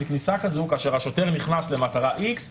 כניסה כזו כאשר שוטר נכנס למטרה "איקס",